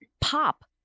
pop